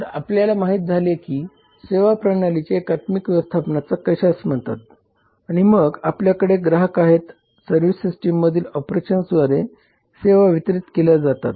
तर आपल्याला माहित झाले की सेवा प्रणालीचे एकात्मिक व्यवस्थापन कशास म्हणतात आणि मग आपल्याकडे ग्राहक आहेत आणि सर्व्हिस सिस्टीममधील ऑपरेशन्सद्वारे सेवा वितरीत केल्या जातात